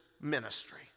ministry